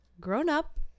grown-up